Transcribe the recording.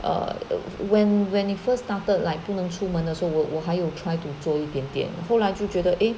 err when when it first started like 不能出门的时候我我还有 try to 做一点点后来就觉得 eh